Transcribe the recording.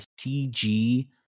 cg